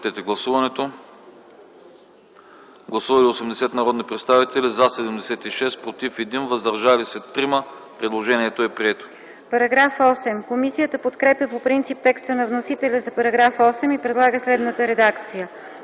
МИХАЙЛОВА: Комисията подкрепя по принцип текста на вносителя за § 8 и предлага следната редакция: